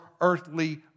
earthly